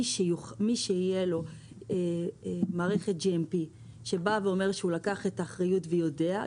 מי שתהיה לו מערכת GMP שאומרת שהוא לקח את האחריות והוא יודע,